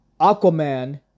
Aquaman